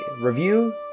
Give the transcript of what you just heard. review